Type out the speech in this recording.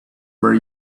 were